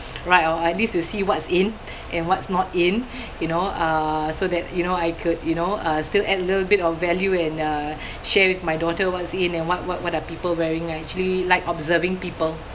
right or at least to see what's in and what's not in you know uh so that you know I could you know uh still add a little bit of value and uh share with my daughter what's in and what what what are people wearing I actually like observing people